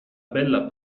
bella